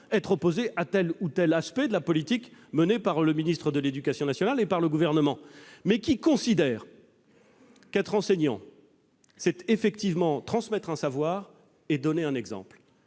être opposée à tel ou tel aspect de la politique menée par le ministre de l'éducation nationale et le Gouvernement, mais qui considère qu'un enseignant doit transmettre un savoir et donner l'exemple.